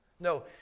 No